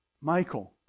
Michael